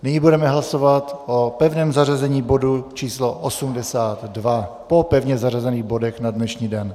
Nyní budeme hlasovat o pevném zařazení bodu č. 82 po pevně zařazených bodech na dnešní den.